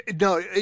No